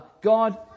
God